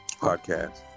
podcast